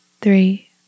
three